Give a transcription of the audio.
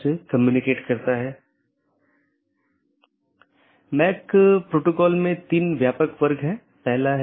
BGP version 4 में बड़ा सुधार है कि यह CIDR और मार्ग एकत्रीकरण को सपोर्ट करता है